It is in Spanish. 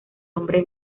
hombre